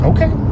Okay